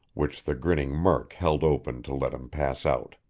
which the grinning murk held open to let him pass out.